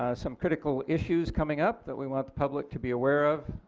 ah some critical issues coming up that we want the public to be aware of,